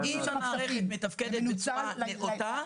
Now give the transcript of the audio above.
אם המערכת מתפקדת בצורה נאותה,